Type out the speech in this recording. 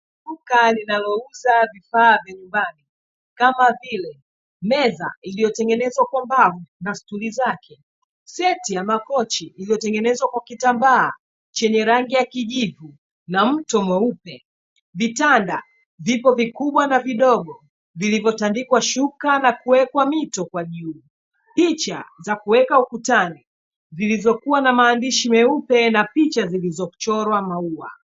Duka linalouza vifaa vya nyumbani kama vile meza iliyotengenezwa kwa mbao na stuli zake, seti ya makochi iliyotengenezwa kwa kitambaa chenye rangi ya kijivu na mto mweupe, vitanda vipo vikubwa na vidogo vilivyotandikwa shuka na kuwekwa mito kwa juu, picha za kuweka ukutani zilizokuwa na maandishi meupe na picha zilizochorwa maua.